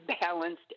balanced